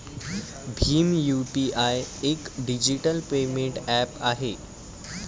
Bhim UPI एक digital payment app आहे